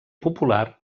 popular